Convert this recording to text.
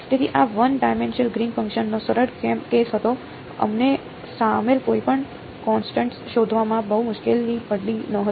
તેથી આ one dimensional Green function નો સરળ કેસ હતો અમને સામેલ કોઈપણ કોન્સટન્ટ શોધવામાં બહુ મુશ્કેલી પડી ન હતી